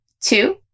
Two